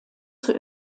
zur